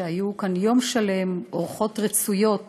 שהיו כאן, יום שלם, אורחות רצויות